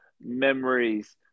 memories